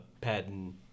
Patent